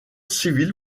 civil